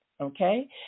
Okay